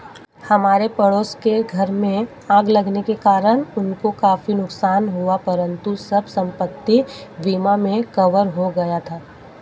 हमारे पड़ोस के घर में आग लगने के कारण उनको काफी नुकसान हुआ परंतु सब संपत्ति बीमा में कवर हो गया था